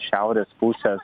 šiaurės pusės